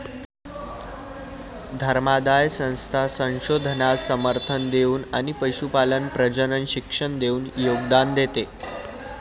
धर्मादाय संस्था संशोधनास समर्थन देऊन आणि पशुपालन प्रजनन शिक्षण देऊन योगदान देते